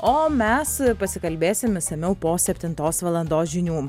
o mes pasikalbėsim išsamiau po septintos valandos žinių